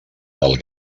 del